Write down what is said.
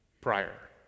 prior